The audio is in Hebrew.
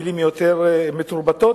מלים יותר מתורבתות,